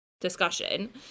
discussion